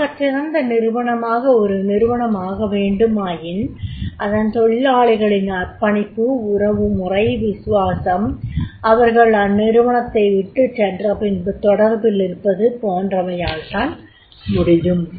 ஆகச்சிறந்த நிறுவனமாக ஒரு நிறுவனம் ஆகவேண்டுமாயின் அதன் தொழிலாளிகளின் அர்ப்பணிப்பு உறவுமுறை விஸ்வாசம் அவர்கள் அந்நிறுவனத்தை விட்டுச்சென்றபின்பும் தொடர்பில் இருப்பது போன்றவையால் தான் முடியும்